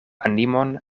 animon